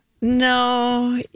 No